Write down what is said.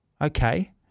Okay